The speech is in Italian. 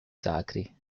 sacri